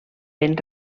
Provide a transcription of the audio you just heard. ben